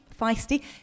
Feisty